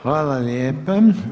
Hvala lijepa.